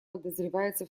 подозревается